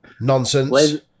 nonsense